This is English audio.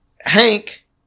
Hank